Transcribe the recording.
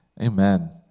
amen